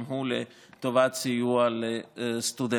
גם הוא לטובת סיוע לסטודנטים.